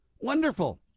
Wonderful